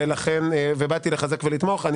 באתי לחזק ולתמוך,